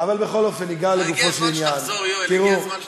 הגיע הזמן שתחזור,